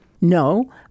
No